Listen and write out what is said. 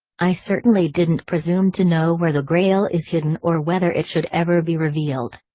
i certainly didn't presume to know where the grail is hidden or whether it should ever be revealed.